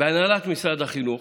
בהנהלת משרד החינוך,